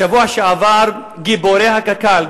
בשבוע שעבר גיבורי הקק"ל,